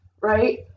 right